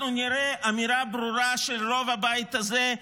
אנחנו נראה אמירה ברורה של רוב הבית הזה,